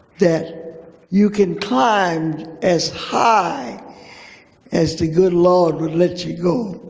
that you can climb as high as the good lord would let you go.